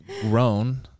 grown